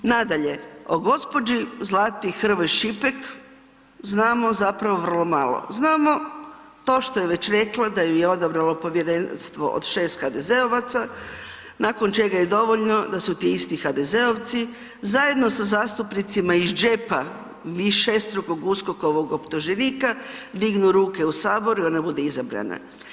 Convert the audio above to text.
Nadalje, o gđi. Zlati Hrvoj Šipek znamo zapravo vrlo malo, znamo to što je već rekla, daj e odabralo povjerenstvo od 6 HDZ-ovaca nakon čega je dovoljno da su ti isti HDZ-ovci zajedno sa zastupnicima iz džepa višestrukog USKOK-ovog optuženika, dignu ruke u Saboru i onda bude izabrana.